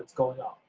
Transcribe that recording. going up,